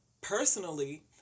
personally